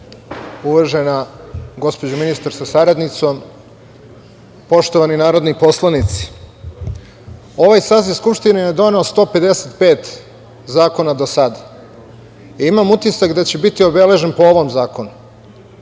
uvažena gospođo ministar sa saradnicom, poštovani narodni poslanici, ovaj saziv Skupštine je doneo 155 zakona do sada. Imam utisak je će biti obeležen po ovom zakonu. Ne